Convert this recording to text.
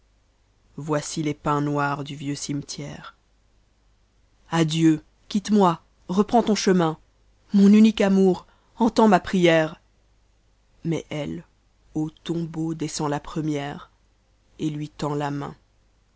voici les pins noirs du vieux cimetière adieu qa tte moi reprends ton chemin mon unique amour entends ma prière mais elle au tombeau descend la première et lui tend la main